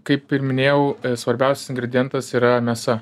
kaip ir minėjau svarbiausias ingredientas yra mėsa